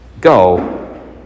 go